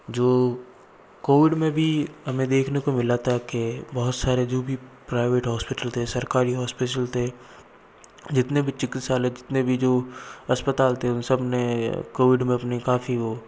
जो कोविड में भी हमें देखने को मिला था के बहुत सारे जो भी प्राइवेट हॉस्पिटल थे सरकारी हॉस्पिशल थे जितने भी चिकित्सालय जितने भी जो अस्पताल थे उन सब ने कोविड में अपनी काफ़ी वो